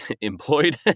employed